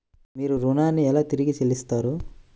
మీరు ఋణాన్ని ఎలా తిరిగి చెల్లిస్తారు?